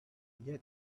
yet